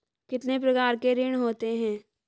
कितने प्रकार के ऋण होते हैं?